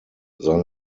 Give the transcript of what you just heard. seine